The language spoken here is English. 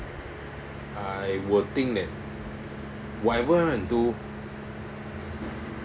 I would think that whatever you want to do